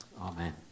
Amen